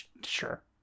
Sure